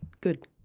Good